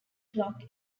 clock